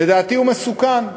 לדעתי הוא מסוכן.